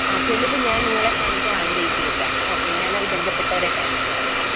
ആ തെളിവ് ഞാൻ നിങ്ങളെ കാണിക്കാൻ ആഗ്രഹിക്കുന്നില്ല ഓക്കെ ഞാൻ അത് ബന്ധപ്പെട്ടവരെ കാണിച്ചോളം ഓക്കെ